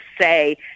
say